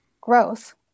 growth